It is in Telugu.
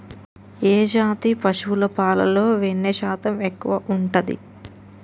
ఏ జాతి పశువుల పాలలో వెన్నె శాతం ఎక్కువ ఉంటది?